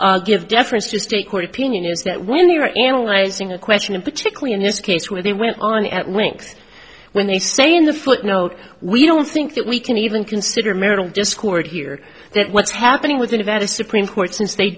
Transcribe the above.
can give deference to state court opinion is that when you're analyzing a question and particularly in this case where they went on at winks when they say in the footnote we don't think that we can even consider marital discord here that what's happening with the nevada supreme court since they